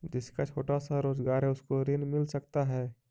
जिसका छोटा सा रोजगार है उसको ऋण मिल सकता है?